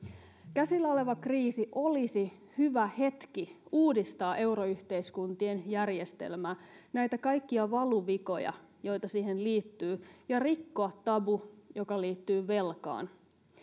käsillä oleva kriisi olisi hyvä hetki uudistaa euroyhteiskuntien järjestelmää kaikkia valuvikoja joita siihen liittyy ja rikkoa tabu joka liittyy velkaan